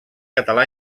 català